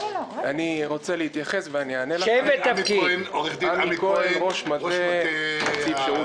אני ערבי חרד לשיעור הערבים בשירות